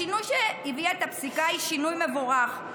השינוי שהביאה הפסיקה הוא שינוי מבורך,